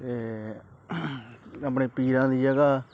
ਅਤੇ ਆਪਣੇ ਪੀਰਾਂ ਦੀ ਜਗ੍ਹਾ